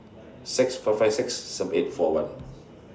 six four five six seven eight four one